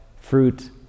fruit